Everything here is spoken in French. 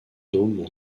dôme